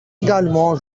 également